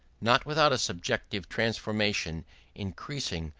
not without a subjective transformation increasing,